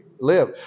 Live